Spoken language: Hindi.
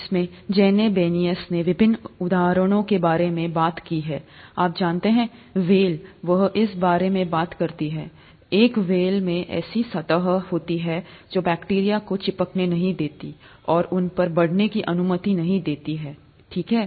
इस में जेने बेनियस ने विभिन्न उदाहरणों के बारे में बात की हैं आप जानते हैं व्हेल वह इस बारे में बात करती है एक व्हेल में ऐसी सतह होती है जो बैक्टीरिया को चिपकने नहीं देती और उन पर बढ़ने की अनुमति नहीं देती है ठीक है